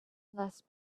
less